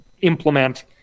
implement